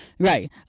Right